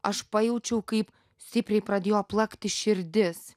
aš pajaučiau kaip stipriai pradėjo plakti širdis